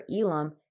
Elam